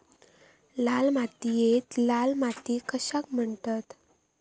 लाल मातीयेक लाल माती कशाक म्हणतत?